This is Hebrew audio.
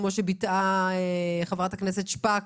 כמו שביטאה חברת הכנסת שפק,